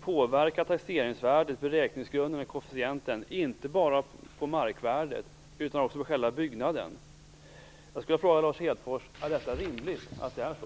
påverkar taxeringsvärdet, beräkningsgrunderna och koefficienten, inte bara på markvärdet utan också på själva byggnaden. Jag skulle vilja fråga Lars Hedfors: Är det rimligt att det är så?